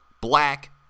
black